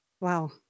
Wow